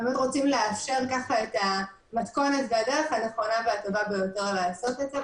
ורוצים לאפשר את המתכונת והדרך הנכונה והטובה ביותר לעשות את זה,